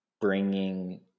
bringing